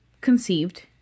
conceived